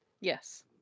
Yes